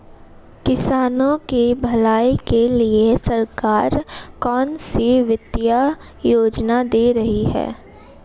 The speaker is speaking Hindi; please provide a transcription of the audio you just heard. किसानों की भलाई के लिए सरकार कौनसी वित्तीय योजना दे रही है?